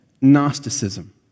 Gnosticism